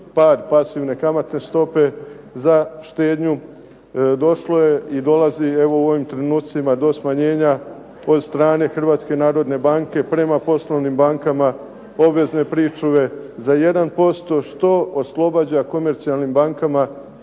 pad pasivne kamatne stope za štednju došlo je i dolazi evo u ovim trenucima do smanjenja od strane HNB-a prema poslovnim bankama obvezne pričuve za 1% što oslobađa komercijalni bankama